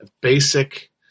basic